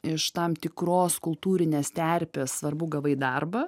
iš tam tikros kultūrinės terpės svarbu gavai darbą